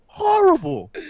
Horrible